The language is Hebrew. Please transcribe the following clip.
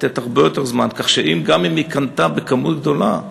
לתת הרבה יותר זמן כך שגם אם היא קנתה כמות גדולה שלו,